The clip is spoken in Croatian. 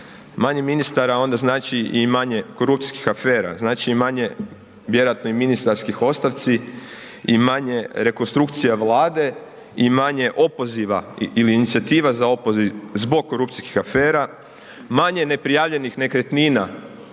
manje ministara onda znači i manje korupcijskih afera, znači i manje vjerojatno i ministarskih ostavci i manje rekonstrukcija Vlade i manje opoziva ili inicijativa za opoziv zbog korupcijskih afera, manje neprijavljenih nekretnina